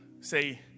say